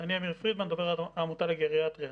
שמי עמיר פרידמן, דובר העמותה לגריאטריה.